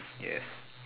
yes